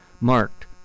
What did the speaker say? marked